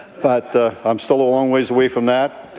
but i'm still a long way away from that.